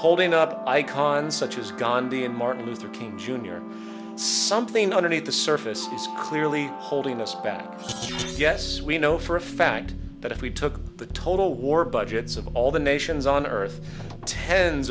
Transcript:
holding up icons such as gandhi and martin luther king jr something underneath the surface is clearly holding us back yes we know for a fact that if we took the total war budgets of all the nations on earth tens